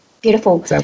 Beautiful